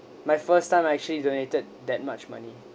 my first time actually donated that much money